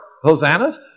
hosannas